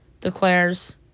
declares